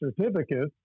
certificates